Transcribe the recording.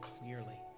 clearly